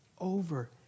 Over